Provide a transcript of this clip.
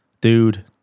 Dude